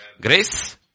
Grace